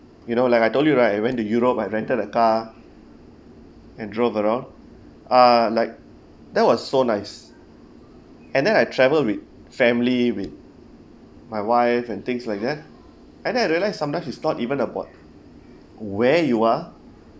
you know like I told you right I went to europe I rented a car and drove around ah like that was so nice and then I travel with family with my wife and things like that and then I realize sometimes is not even about where you are